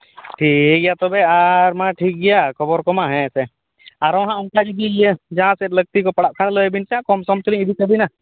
ᱴᱷᱤᱠ ᱜᱮᱭᱟ ᱛᱚᱵᱮ ᱟᱨ ᱢᱟ ᱴᱷᱤᱠ ᱜᱮᱭᱟ ᱠᱷᱚᱵᱚᱨᱠᱚ ᱢᱟ ᱦᱮᱸᱥᱮ ᱟᱨᱚᱦᱟᱜ ᱚᱱᱠᱟ ᱡᱩᱫᱤ ᱤᱭᱟᱹ ᱡᱟᱦᱟᱸᱥᱮᱫ ᱞᱟᱹᱠᱛᱤᱠᱚ ᱯᱟᱲᱟᱜ ᱠᱷᱟᱡ ᱞᱟᱹᱭᱵᱤᱱ ᱥᱮ ᱠᱚᱢᱼᱥᱚᱢᱛᱮᱞᱤᱧ ᱤᱫᱤᱠᱟᱹᱵᱤᱱᱟ